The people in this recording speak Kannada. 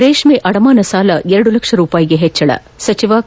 ರೇಷ್ಮೆ ಅಡಮಾನ ಸಾಲ ಎರಡು ಲಕ್ಷ ರೂಪಾಯಿಗೆ ಹೆಚ್ಚಳ ಸಚಿವ ಕೆ